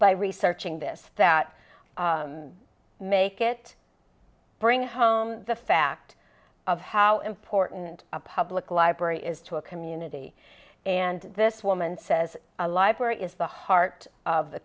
by researching this that make it bring home the fact of how important a public library is to a community and this woman says a library is the heart of the